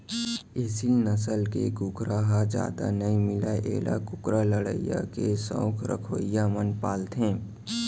एसील नसल के कुकरा ह जादा नइ मिलय एला कुकरा लड़ई के सउख रखवइया मन पालथें